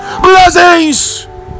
blessings